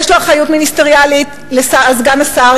יש לו אחריות מיניסטריאלית על סגן השר,